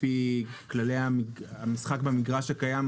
לפי כללי המשחק במגרש הקיים,